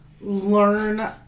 learn